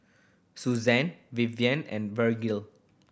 Suzanna Vivian and Vergil